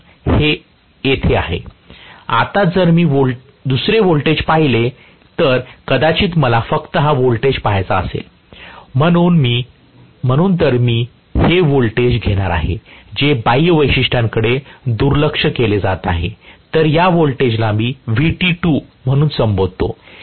आता जर मी दुसरे व्होल्टेज पाहिले तर कदाचित मला फक्त हा व्होल्टेज पहायचा असेल म्हणून मी तर मी हे व्होल्टेज घेणार आहे जे बाह्य वैशिष्ट्यांकडे दुर्लक्ष केले जात आहे तर या व्होल्टेजला मी Vt2 म्हणून संबोधतो